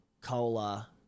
Cola